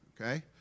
Okay